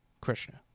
Krishna